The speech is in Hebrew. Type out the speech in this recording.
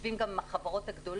אנחנו יושבים גם עם החברות הגדולות,